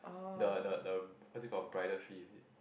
the the the what's it call bridal fee is it